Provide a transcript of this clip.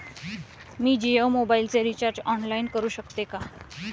मी जियो मोबाइलचे recharge online करू शकते का?